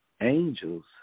Angels